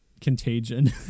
Contagion